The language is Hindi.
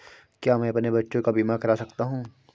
क्या मैं अपने बच्चों का बीमा करा सकता हूँ?